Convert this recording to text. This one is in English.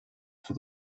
for